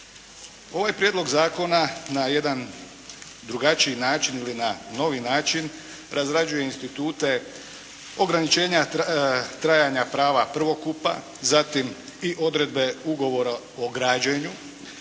ovaj prijedlog zakona na jedan drugačiji način ili na novi način razrađuje institute ograničenja trajanja prava prvokupa, zatim i odredbe ugovora o građenju